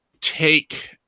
take